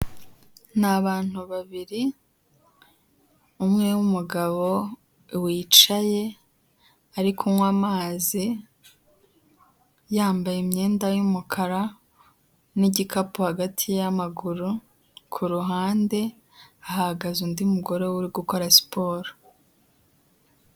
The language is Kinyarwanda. Ni abantu babiri umwe w'umugabo wicaye ari kunywa amazi, yambaye imyenda y'umukara n'igikapu hagati y'amaguru, ku ruhande hahagaze undi mugore we uri gukora siporo.